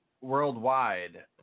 worldwide